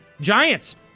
Giants